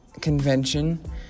convention